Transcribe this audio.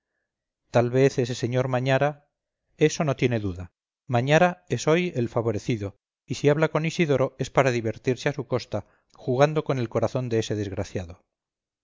tal vez ese sr mañara eso no tiene duda mañara es hoy el favorecido y si habla con isidoro es para divertirse a su costa jugando con el corazón de ese desgraciado